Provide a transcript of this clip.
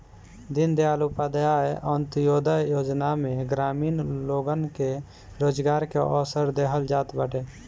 दीनदयाल उपाध्याय अन्त्योदय योजना में ग्रामीण लोगन के रोजगार के अवसर देहल जात बाटे